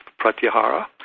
pratyahara